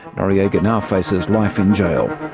noriega now faces life in jail.